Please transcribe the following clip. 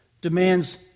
demands